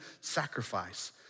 sacrifice